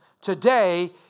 Today